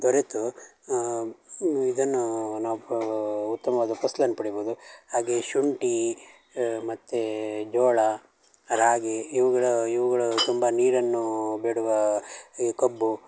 ದೊರೆತು ಇದನ್ನೂ ನಾವು ಉತ್ತಮವಾದ ಫಸ್ಲನ್ನ ಪಡಿಬೋದು ಹಾಗೆಯೇ ಶುಂಠಿ ಮತ್ತು ಜೋಳ ರಾಗಿ ಇವುಗಳ ಇವುಗಳು ತುಂಬ ನೀರನ್ನೂ ಬಿಡುವ ಈ ಕಬ್ಬು